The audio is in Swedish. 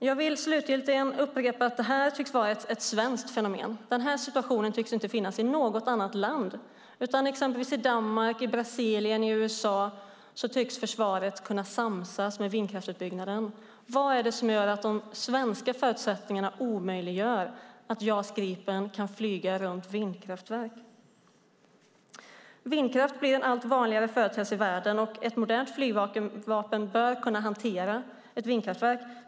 Jag vill slutligen upprepa att detta tycks vara ett svenskt fenomen. Situationen tycks inte finnas i något annat land, utan exempelvis i Danmark, Brasilien och USA tycks försvaret kunna samsas med vindkraftsutbyggnaden. Vad är det som gör att de svenska förutsättningarna omöjliggör att JAS Gripen kan flyga runt vindkraftverk? Vindkraft blir en allt vanligare företeelse i världen, och ett modernt flygvapen bör kunna hantera ett vindkraftverk.